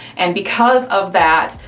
and because of that,